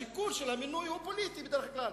השיקול של המינוי הוא פוליטי בדרך כלל,